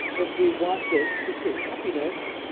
if we want this to create happiness,